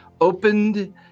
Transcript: opened